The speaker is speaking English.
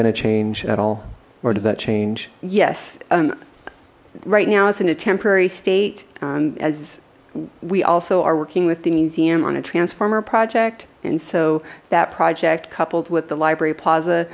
to change at all or does that change yes right now it's in a temporary state as we also are working with the museum on a transformer project and so that project coupled with the library plaza